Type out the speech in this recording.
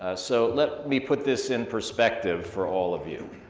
ah so let me put this in perspective for all of you.